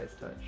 touch